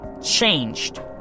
changed